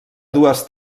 dues